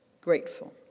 grateful